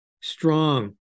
strong